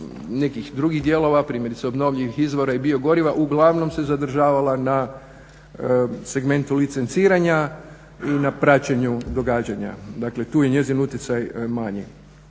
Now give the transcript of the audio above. nekih drugih dijelova, primjerice obnovljivih izvora i biogoriva uglavnom se zadržavala na segmentu licenciranja i na praćenju događanja. Dakle tu je njezin utjecaj manji.